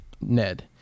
Ned